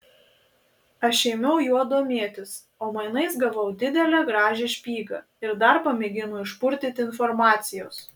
aš ėmiau juo domėtis o mainais gavau didelę gražią špygą ir dar pamėgino išpurtyti informacijos